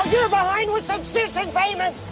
you're behind with subsistence payments!